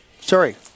Sorry